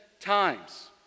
times